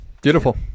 beautiful